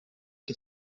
que